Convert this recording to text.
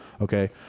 okay